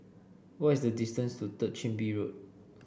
what is the distance to Third Chin Bee Road